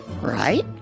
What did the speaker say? right